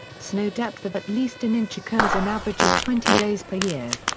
snow depth of at least an inch occurs an average of twenty days per year.